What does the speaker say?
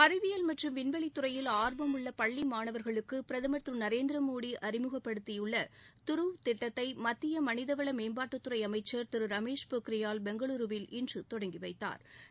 அறிவியல் மற்றும் விண்வெளி துறையில் ஆர்வம் உள்ள பள்ளி மாணவர்களுக்கு பிரதமர் திரு நரேந்திரமோடி அறிமுகப்படுத்தியுள்ள த்ருவ திட்டத்தை மத்திய மனிதவள மேம்பாட்டுத்துறை அமைச்சர் திரு ரமேஷ் பொக்ரியால் பெங்களூருவில் இன்று தொடங்கி வைத்தாா்